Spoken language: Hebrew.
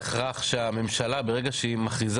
אבל זה לא בהכרח שהממשלה ברגע שהיא מכריזה